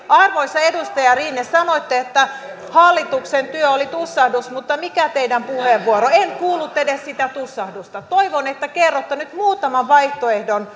arvoisa edustaja rinne sanoitte että hallituksen työ oli tussahdus mutta mikä oli teidän puheenvuoronne en kuullut edes sitä tussahdusta toivon että kerrotte nyt muutaman vaihtoehdon